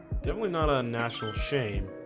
definitely not a national shame